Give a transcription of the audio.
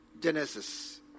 Genesis